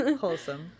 wholesome